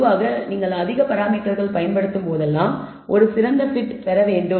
பொதுவாக நீங்கள் அதிக பராமீட்டர்கள் பயன்படுத்தும் போதெல்லாம் ஒரு சிறந்த fit பெற வேண்டும்